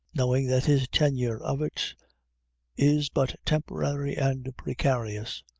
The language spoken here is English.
knowing that his tenure of it is but temporary and precarious.